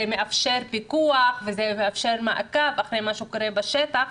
מאפשר פיקוח ומעקב אחרי מה שקורה בשטח,